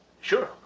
Sure